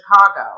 Chicago